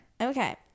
Okay